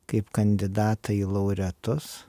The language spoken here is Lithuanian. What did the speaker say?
kaip kandidatai į laureatus